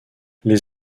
les